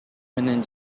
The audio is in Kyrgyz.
менен